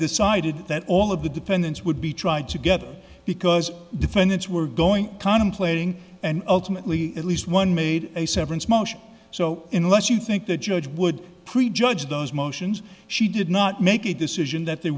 decided that all of the dependents would be tried together because defendants were going contemplating and ultimately at least one made a severance motion so in less you think the judge would prejudge those motions she did not make a decision that they